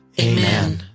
Amen